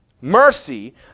Mercy